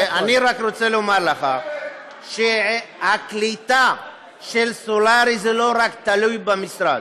אני רוצה רק לומר לך שהקליטה של סלולרי זה לא רק תלוי במשרד.